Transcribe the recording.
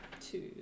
two